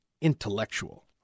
intellectual